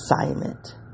assignment